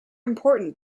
important